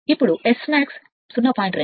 ఇప్పుడు Smax 0